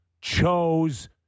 chose